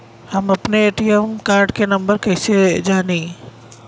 हम अपने ATM card के नंबर कइसे जानी?